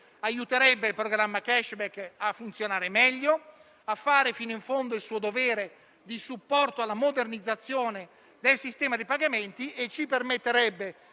aiuterebbero il programma *cashback* a funzionare meglio, a fare fino in fondo il suo dovere di supporto alla modernizzazione del sistema dei pagamenti e ci permetterebbe